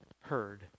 heard